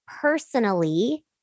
personally